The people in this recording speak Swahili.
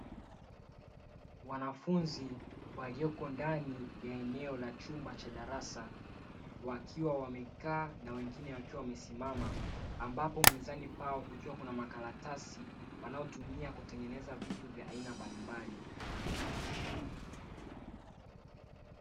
Wanafunzi walioko ndani ya eneo la chumba cha darasa wakiwa wamekaa na wengine wakiwa wamesimama ambapo mezani pao kukiwa kuna makaratasi wanaotumia kutengeneza vitu vya aina mbalimbali.